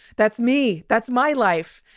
that's me that's my life.